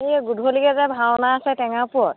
এই গধূলিকে যে ভাওনা আছে টেঙাপুৰত